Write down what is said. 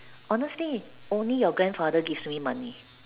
honestly only your grandfather gives me money